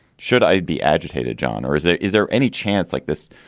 should i be agitated, john? or is it? is there any chance like this,